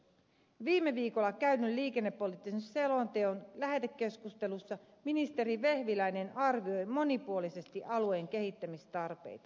viime viikolla käydyssä liikennepoliittisen selonteon palautekeskustelussa ministeri vehviläinen arvioi monipuolisesti alueen kehittämistarpeita